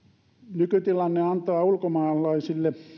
nykytilanne antaa ulkomaalaisille